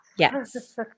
Yes